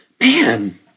man